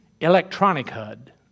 Electronic-Hud